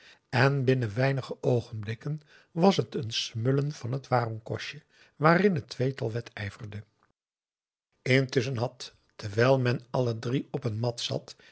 en binnen weinige oogenblikken was het een smullen van het warongkostje waarin het tweetal wedijverde intusschen had terwijl men alle drie op een mat zat